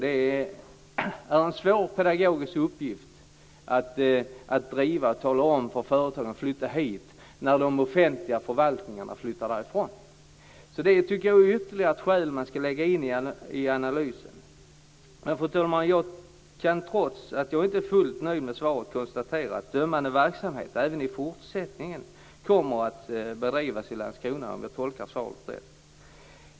Det är en svår pedagogisk uppgift att övertyga företag om att de skall flytta dit när de offentliga förvaltningarna flyttar därifrån. Detta är ytterligare ett skäl som jag tycker att man skall lägga in i analysen. Fru talman! Trots att jag inte är fullt nöjd med svaret kan jag, om jag tolkar det rätt, konstatera att dömande verksamhet även i fortsättningen kommer att bedrivas i Landskrona.